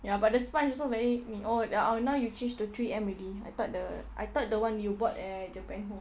ya but the sponge also very old uh oh now you change to three M already I thought the I thought the one you bought at japan home